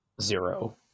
zero